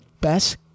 best